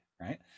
right